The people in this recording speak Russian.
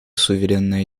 суверенное